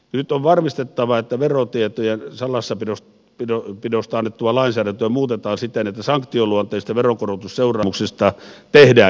nyt on varmistettava että verotietojen salassapidosta annettua lainsäädäntöä muutetaan siten että sanktioluonteisista veronkorotusseuraamuksista tehdään julkisia